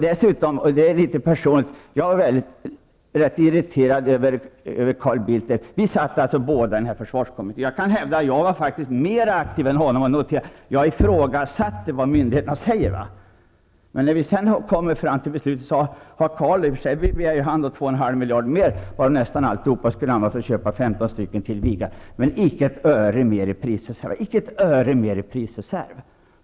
Dessutom -- nu är jag litet personlig -- var jag rätt irriterad över Carl Bildt. Vi båda satt alltså med i försvarskommittén, och jag hävdar att jag faktiskt var mera aktiv än han. Jag ifrågasatte myndigheternas siffror. Men när vi kom dithän att beslut skulle fattas ville Carl Bildt ha 2,5 miljarder mera. För nästan alla de pengarna skulle han köpa 15 Viggenplan till -- men det var icke fråga om ett öre mera i prisreserv!